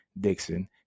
Dixon